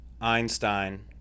Einstein